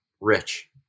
rich